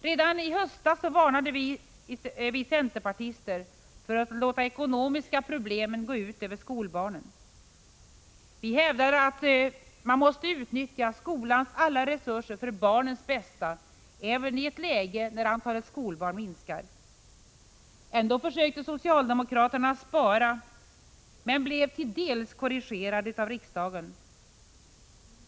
Redan i höstas varnade vi centerpartister för att låta ekonomiska problem gå ut över skolbarnen. Vi hävdade att skolans alla resurser måste utnyttjas för barnens bästa, även då antalet skolbarn minskar. Ändå försökte socialdemokraterna spara, men blev till dels korrigerade av riksdagen.